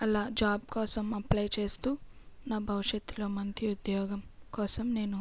అలా జాబ్ కోసం అప్లై చేస్తూ నా భవిష్యత్తులో మంచి ఉద్యోగం కోసం నేను